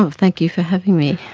ah thank you for having me.